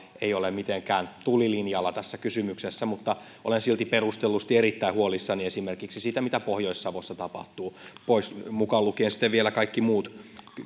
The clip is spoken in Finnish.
ei ole mitenkään tulilinjalla tässä kysymyksessä mutta olen silti perustellusti erittäin huolissani esimerkiksi siitä mitä pohjois savossa tapahtuu mukaan lukien sitten vielä kaikki muut